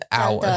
out